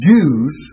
Jews